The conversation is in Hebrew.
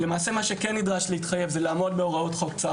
למעשה מה שכן נדרש להתחייב אליו זה לעמוד בהוראות חוק צער